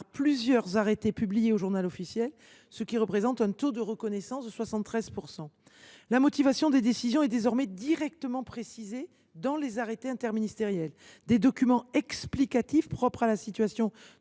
plusieurs arrêtés publiés au, ce qui représente un taux de reconnaissance de 73 %. La motivation des décisions est désormais directement précisée dans les arrêtés interministériels, et des documents explicatifs propres à la situation